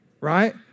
Right